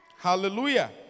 Hallelujah